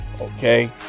okay